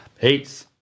Peace